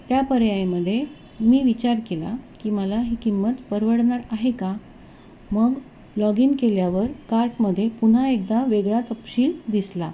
त्या पर्यायमध्ये मी विचार केला की मला ही किंमत परवडणार आहे का मग लॉग इन केल्यावर कार्टमध्ये पुन्हा एकदा वेगळा तपशील दिसला